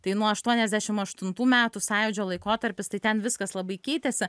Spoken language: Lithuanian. tai nuo aštuoniasdešim aštuntų metų sąjūdžio laikotarpis tai ten viskas labai keitėsi